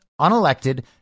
unelected